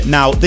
now